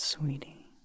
Sweetie